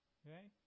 okay